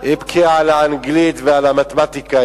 היא אמרה: תלמדו מתמטיקה,